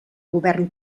govern